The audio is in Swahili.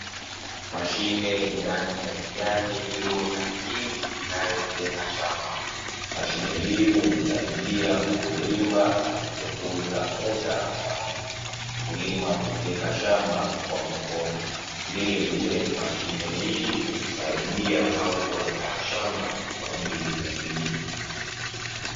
Mashine yenye rangi ya kijani, bluu na kijivu, inayofyeka shamba. Mashine hii humsaidia mkulima na kupunguza muda wa mkulima kufyeka shamba kwa mkono. Vile vile mashine hii humsaidia au kuandaa shamba kwa ajili ya kilimo.